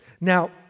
Now